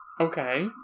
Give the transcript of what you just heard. Okay